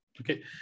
Okay